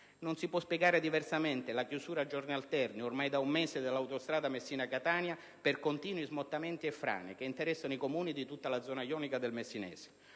Non si può spiegare diversamente la chiusura a giorni alterni, ormai da un mese, dell'autostrada Messina-Catania per continui smottamenti e frane che interessano i comuni di tutta la zona jonica del messinese.